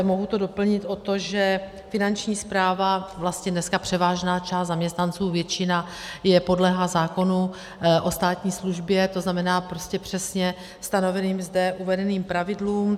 Mohu to doplnit o to, že Finanční správa, vlastně dneska převážná část zaměstnanců, většina, podléhá zákonu o státní službě, tzn. prostě přesně stanoveným zde uvedeným pravidlům.